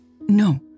No